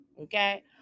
okay